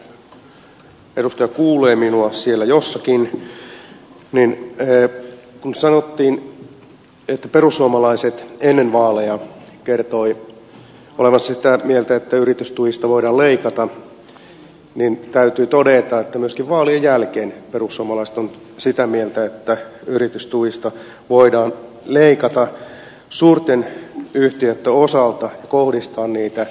mutta jos edustaja kuulee minua siellä jossakin niin kun sanottiin että perussuomalaiset ennen vaaleja kertoivat olevansa sitä mieltä että yritystuista voidaan leikata niin täytyy todeta että myöskin vaalien jälkeen perussuomalaiset ovat sitä mieltä että yritystuista voidaan leikata suurten yhtiöitten osalta ja kohdistaa niitä leikkauksia sitten pk sektorille